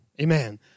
Amen